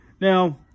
now